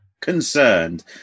concerned